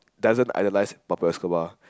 doesn't idolise